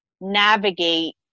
navigate